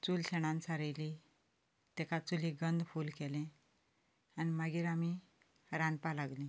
चूल शेणान सारयली ताका चुलीक गंद फूल केलें आनी मागीर आमी रांदपाक लागलीं